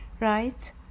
right